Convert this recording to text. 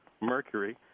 Mercury